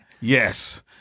Yes